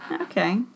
Okay